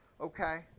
Okay